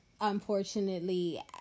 unfortunately